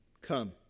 Come